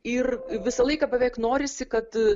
ir visą laiką beveik norisi kad